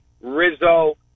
Rizzo